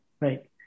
right